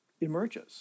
emerges